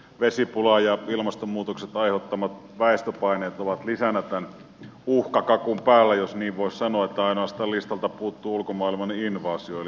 vesipula ja ilmastonmuutoksen aiheuttamat väestöpaineet ovat lisänä tämän uhkakakun päällä jos niin voi sanoa ja ainoastaan listalta puuttuu ulkomaailman invaasio eli ufo hyökkäys